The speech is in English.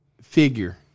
figure